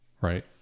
Right